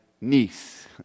niece